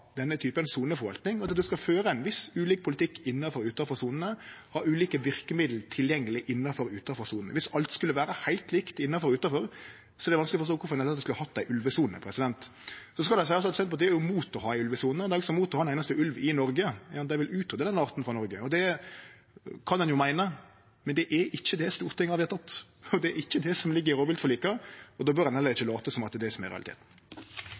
denne typen soneforvalting, der ein skal føre ein viss ulik politikk innanfor og utanfor sonene og ha ulike verkemiddel tilgjengeleg innanfor og utanfor sona. Viss alt skulle vere heilt likt innanfor og utanfor, er det vanskeleg å forstå kvifor ein i det heile skulle ha ei ulvesone. Så skal det seiast at Senterpartiet er imot å ha ei ulvesone. Dei er også imot å ha ein einaste ulv i Noreg; dei vil utrydde den arten frå Noreg. Det kan ein jo meine, men det er ikkje det Stortinget har vedteke, og det er ikkje det som ligg i rovviltforlika, og då bør ein heller ikkje late som om det er det som er realiteten.